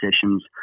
sessions